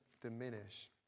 diminish